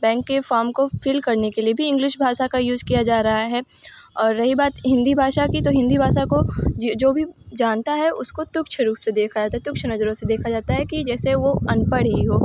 bank के form को fill करने के लिए भी इंग्लिश भाषा का यूज किया जा रहा है और रही बात हिन्दी भाषा की तो हिन्दी भाषा को जो भी जानता है उसको तुच्छ रूप से देखा जाता है तुच्छ नज़रों से देखा जाता है कि जैसे वो अनपढ़ ही हो